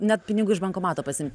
net pinigų iš bankomato pasiimt